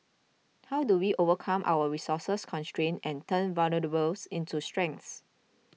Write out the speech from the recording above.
how do we overcome our resources constraints and turn vulnerabilities into strengths